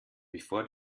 bevor